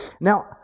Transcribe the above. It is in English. now